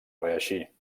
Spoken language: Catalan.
reeixir